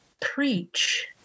preach